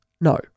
No